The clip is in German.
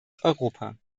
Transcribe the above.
europa